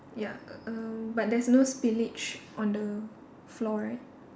ya err but there's no spillage on the floor right